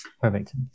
Perfect